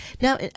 Now